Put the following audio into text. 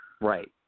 right